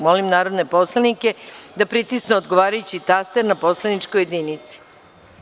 Molim narodne poslanike da pritisnu odgovarajući taster na poslaničkoj jedinici.